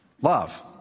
love